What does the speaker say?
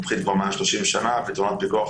מומחית כבר מעל 30 שנה בפתרונות פיקוח,